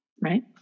right